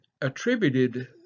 attributed